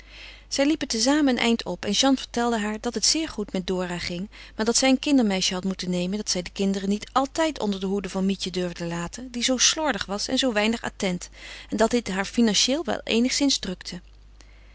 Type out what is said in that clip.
zij liepen te zamen een eind op en jeanne vertelde haar dat het zeer goed met dora ging maar dat zij een kindermeisje had moeten nemen dat zij de kinderen niet altijd onder de hoede van mietje durfde laten die zoo slordig was en zoo weinig attent en dat dit haar financieël wel eenigszins drukte